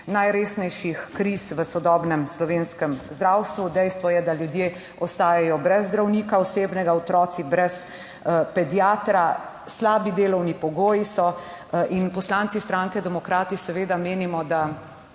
najresnejših kriz v sodobnem slovenskem zdravstvu, dejstvo je, da ljudje ostajajo brez zdravnika osebnega, otroci brez pediatra, slabi delovni pogoji so in poslanci Socialne demokrati seveda menimo, da